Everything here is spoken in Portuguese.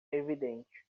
evidente